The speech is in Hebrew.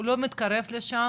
הוא לא מתקרב לשם,